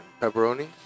pepperoni